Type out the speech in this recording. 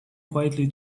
quietly